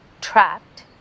trapped